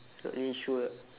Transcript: not really sure ah